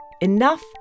enough